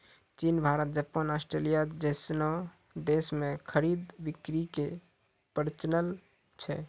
चीन Bharat Japan Australia जैसनो देश मे खरीद बिक्री के प्रचलन छै